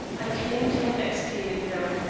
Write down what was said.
i claim to have expiated them.